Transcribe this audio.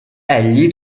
egli